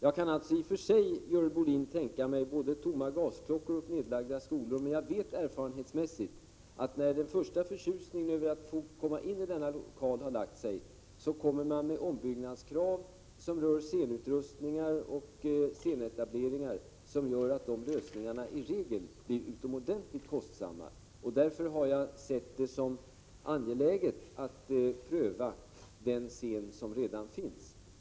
Jag kan i och för sig tänka mig både tomma gasklockor och nedlagda skolor, Görel Bohlin. Men jag vet av erfarenhet, att när den första förtjusningen över att få komma in i en sådan lokal har lagt sig, kommer man med krav på ombyggnad av scenutrustning och scenetableringar som gör att dessa lösningar i regel blir utomordentligt kostsamma. Därför har jag sett det som angeläget att pröva den scen som redan finns.